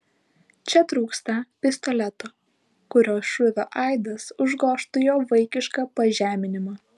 čia trūksta pistoleto kurio šūvio aidas užgožtų jo vaikišką pažeminimą